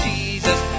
Jesus